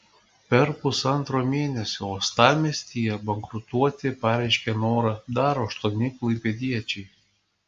per pusantro mėnesio uostamiestyje bankrutuoti pareiškė norą dar aštuoni klaipėdiečiai